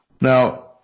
Now